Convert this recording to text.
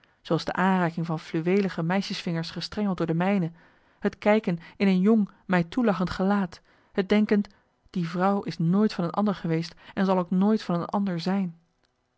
zooals de aanraking van fluweelige meisjesvingers gestrengeld door de mijne het kijken in een jong mij toelachend gelaat het denken die vrouw is nooit van een ander geweest en zal ook nooit van een ander zijn